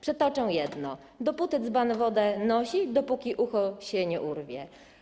Przytoczę jedno: dopóty dzban wodę nosi, dopóki ucho się nie urwie.